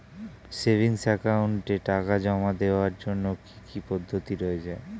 Savings একাউন্টে টাকা জমা দেওয়ার জন্য কি কি পদ্ধতি রয়েছে?